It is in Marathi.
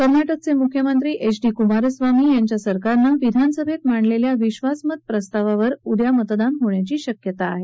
कर्नाटकचे मुख्यमंत्री एच डी कुमारस्वामी सरकारनं विधानसभेमध्ये मांडलेल्या विश्वासमत प्रस्तावावर उद्या मतदान होण्याची शक्यता आहे